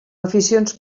aficions